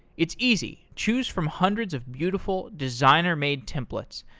it's easy. choose from hundreds of beautiful designer-made templates.